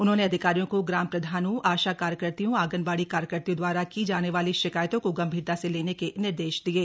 उन्होंने अधिकारियों को ग्राम प्रधानों आशा कार्यकत्रियों आंगनबाड़ी कार्यकत्रियों दवारा की जाने वाली शिकायतों को गम्भीरता से लेने के निर्देश दिये